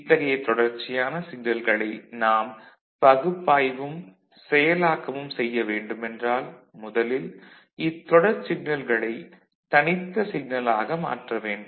இத்தகைய தொடர்ச்சியான சிக்னல்களை நாம் பகுப்பாய்வும் செயலாக்கமும் செய்ய வேண்டுமென்றால் முதலில் இத்தொடர் சிக்னல்களைத் தனித்த சிக்னலாக மாற்ற வேண்டும்